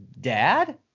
dad